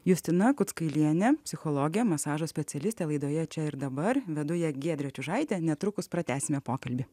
justina kuckailienė psichologė masažo specialistė laidoje čia ir dabar vedu ją giedrė čiužaitė netrukus pratęsime pokalbį